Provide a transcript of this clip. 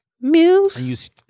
muse